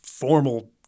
formal